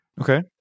Okay